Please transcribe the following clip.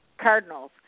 cardinals